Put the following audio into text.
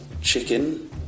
Chicken